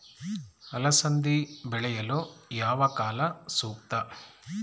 ಅಲಸಂದಿ ಬೆಳೆಯಲು ಯಾವ ಕಾಲ ಸೂಕ್ತ?